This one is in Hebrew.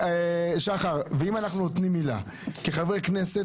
שחר ואם אנחנו נותנים מילה כחברי כנסת